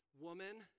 woman